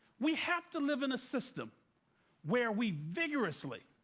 we have to live in a system where we vigorously,